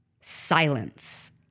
silence